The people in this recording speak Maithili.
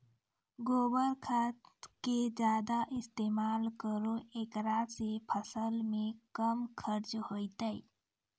गोबर खाद के ज्यादा इस्तेमाल करौ ऐकरा से फसल मे कम खर्च होईतै?